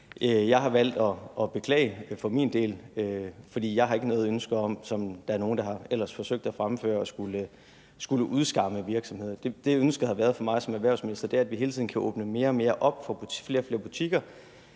Jeg har valgt at beklage for min del, for jeg har ikke noget ønske om, som nogen ellers har forsøgt at fremføre, at skulle udskamme virksomheder. Mit eneste ønske som erhvervsminister har været, at vi hele tiden kan åbne mere og mere op for flere og flere butikker,